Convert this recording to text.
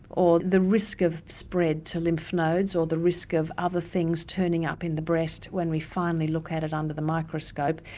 or the risk of spread to lymph nodes, or the risk of other things turning up in the breast when we finally look at it under the microscope,